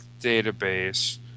database